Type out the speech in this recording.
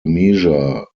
measure